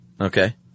Okay